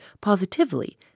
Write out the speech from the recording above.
positively